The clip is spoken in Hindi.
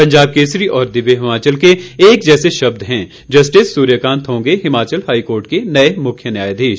पंजाब केसरी और दिव्य हिमाचल के एक जैसे शब्द हैं जस्टिस सूर्यकांत होंगे हिमाचल हाईकोर्ट के नए मुख्य न्यायाधीश